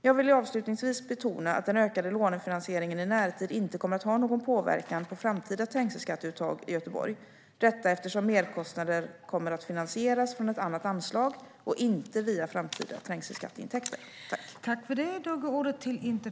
Jag vill avslutningsvis betona att den ökade lånefinansieringen i närtid inte kommer att ha någon påverkan på framtida trängselskatteuttag i Göteborg - detta eftersom merkostnader kommer att finansieras från ett annat anslag och inte via framtida trängselskatteintäkter.